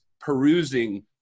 perusing